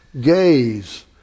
gaze